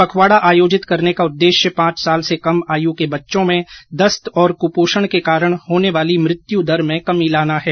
पखवाड़ा आयोजित करने का उददेश्य पांच साल से कम आयु के बच्चों में दस्त और कुपोषण के कारण होने वाली मृत्यु दर में कमी लाना है